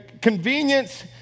convenience